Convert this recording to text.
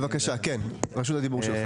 בבקשה, רשות הדיבור שלך.